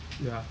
ya